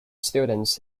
students